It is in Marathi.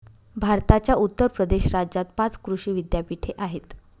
भारताच्या उत्तर प्रदेश राज्यात पाच कृषी विद्यापीठे आहेत